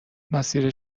مسیری